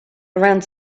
around